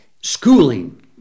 schooling